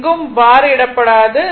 எங்கும் பார் இடப்படாது